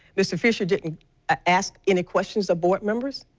mr. fisher didn't ask any questions of board members.